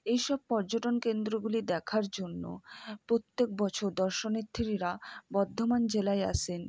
এই সব পর্যটন কেন্দ্রগুলি দেখার জন্য প্রত্যেক বছর দর্শনার্থীরা বর্ধমান জেলায় আসেন